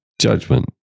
judgment